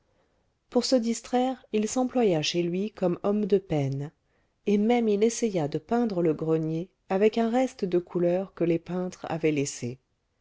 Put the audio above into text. pour se distraire il s'employa chez lui comme homme de peine et même il essaya de peindre le grenier avec un reste de couleur que les peintres avaient laissé